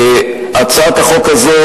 הצעת החוק הזו,